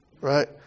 right